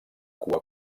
cua